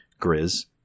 Grizz